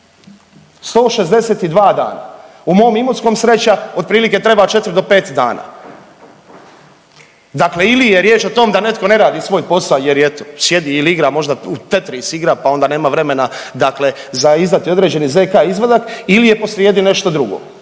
162 dana. U mom Imotskom sreća otprilike treba 4 do 5 dana. Dakle, ili je riječ o tom da netko ne radi svoj posao jer eto sjedi ili igra možda tetris igra pa onda nema vremena dakle za izdati određeni zk izvadak ili je posrijedi nešto drugo.